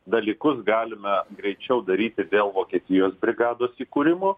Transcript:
dalykus galime greičiau daryti dėl vokietijos brigados įkūrimo